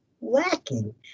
lacking